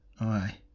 Aye